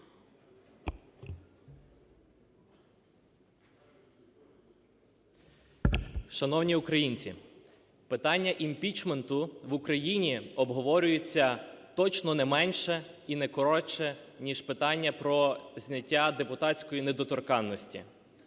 Шановні українці! Питання імпічменту в Україні обговорюється точно не менше і коротше ніж питання про зняття депутатської недоторканності.